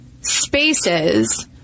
spaces